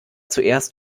zuerst